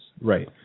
Right